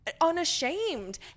unashamed